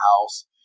house